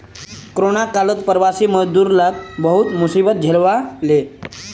corona कालत प्रवासी मजदूर लाक बहुत मुसीबत झेलवा हले